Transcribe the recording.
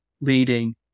leading